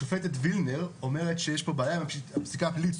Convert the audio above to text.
השופטת וילנר אומרת שיש פה בעיה עם הפסיקה הפלילית.